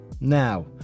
Now